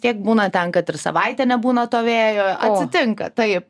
tiek būna ten kad ir savaitę nebūna to vėjo atsitinka tai